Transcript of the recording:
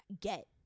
get